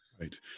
Right